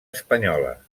espanyola